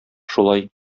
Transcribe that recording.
шулай